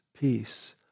peace